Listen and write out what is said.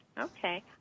okay